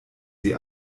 sie